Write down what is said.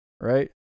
right